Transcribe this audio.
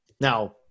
Now